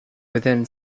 within